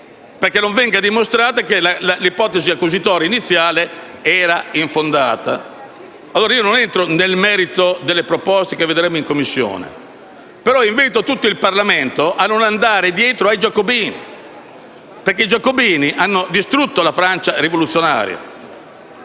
perché non venga dimostrato che l'ipotesi accusatoria iniziale era infondata. Non entro nel merito delle proposte che vedremo in Commissione, ma invito tutto il Parlamento a non seguire i giacobini, che hanno distrutto la Francia rivoluzionaria